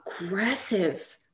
aggressive